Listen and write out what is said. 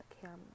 camera